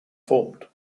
formed